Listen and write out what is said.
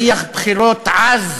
ריח בחירות עז